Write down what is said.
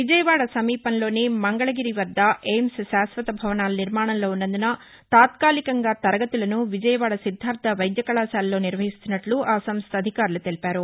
విజయవాడ సమీపంలోని మంగళగిరి వద్ద ఎయిమ్స్ శాశ్వత భవనాలు నిర్మాణంలో ఉన్నందున తాత్కాలికంగా తరగతులను విజయవాడ సిద్ధార్థ వైద్య కకాశాలలో నిర్వహిస్తున్నట్లు ఆ సంస్థ అధికారులు తెలిపారు